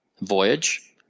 voyage